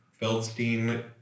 Feldstein